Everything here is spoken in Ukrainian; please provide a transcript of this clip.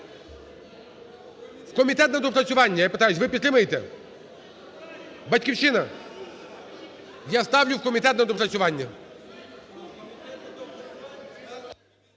в комітет на доопрацювання, я питаю, ви підтримаєте? "Батьківщина"? Я ставлю в комітет на доопрацювання.